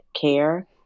care